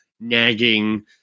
nagging